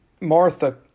Martha